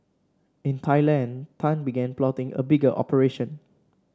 in Thailand Tan began plotting a bigger operation